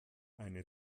eine